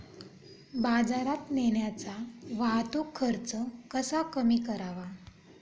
बाजारात नेण्याचा वाहतूक खर्च कसा कमी करावा?